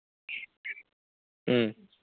ꯎꯝ